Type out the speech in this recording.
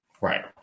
Right